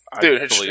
Dude